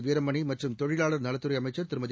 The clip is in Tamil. வீரமணி மற்றும் தொழிலாளர் நலத்துறை அமைச்சர் திருமதி